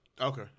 Okay